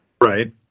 Right